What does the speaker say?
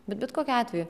bet bet kokiu atveju